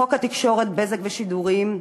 חוק התקשורת (בזק ושידורים),